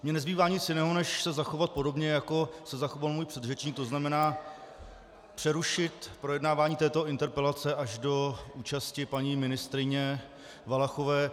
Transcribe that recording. Mně nezbývá nic jiného, než se zachovat podobně, jako se zachoval můj předřečník, to znamená přerušit projednávání této interpelace až do účasti paní ministryně Valachové.